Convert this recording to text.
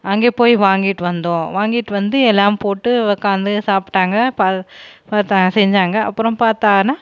அங்கேயே போய் வாங்கிகிட்டு வந்தோம் வாங்கிகிட்டு வந்து எல்லாம் போட்டு உக்காந்து சாப்பிட்டாங்க பல் பார்த்தா செஞ்சாங்க அப்புறோம் பார்த்தானா